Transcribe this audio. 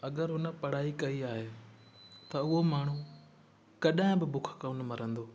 अगरि हुन पढ़ाई कई आहे त उहो माण्हूं कॾहिं बि बुख कोन्ह मरंदो